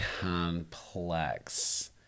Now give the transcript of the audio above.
complex